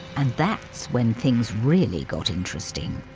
and that's when things really got interesting,